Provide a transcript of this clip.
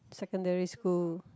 secondary school